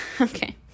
okay